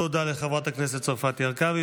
תודה רבה לחברת הכנסת צרפתי הרכבי,